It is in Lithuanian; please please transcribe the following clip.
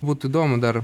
būtų įdomu dar